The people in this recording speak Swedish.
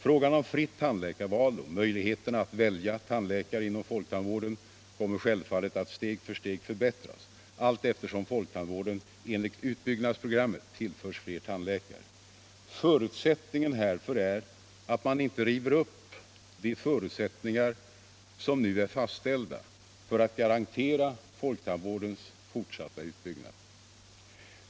Frågan om friu tandläkarval och möjligheten att välja tandläkare inom folktandvården kommer självfallet att steg för steg förbättras allteftersom folktandvården enligt utbyggnadsprogrammet tillförs fler tandläkare. Förutsättningen härför är att man inte river upp de förutsättningar som nu ir fastställda för alt garantera folktandvårdens fortsatta utbyggnad.